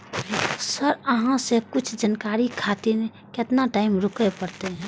Sir अहाँ से कुछ जानकारी खातिर केतना टाईम रुके परतें?